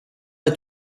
est